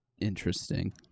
interesting